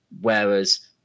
whereas